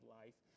life